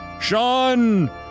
Sean